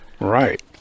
Right